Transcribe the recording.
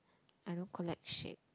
I don't collect shit